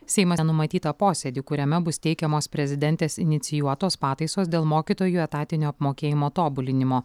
seimo nenumatytą posėdį kuriame bus teikiamos prezidentės inicijuotos pataisos dėl mokytojų etatinio apmokėjimo tobulinimo